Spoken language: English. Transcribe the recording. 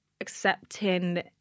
accepting